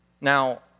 Now